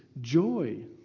joy